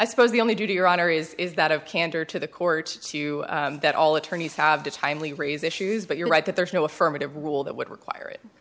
i suppose the only duty your honor is is that of candor to the court to that all attorneys have to timely raise issues but you're right that there is no affirmative rule that would require it